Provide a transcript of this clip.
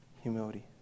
humility